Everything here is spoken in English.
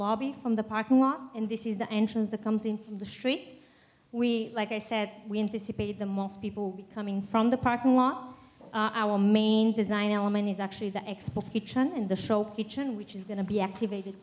lobby from the parking lot and this is the entrance the comes in from the street we like i said we anticipated the most people be coming from the parking lot our main design element is actually the expo in the shop kitchen which is going to be activated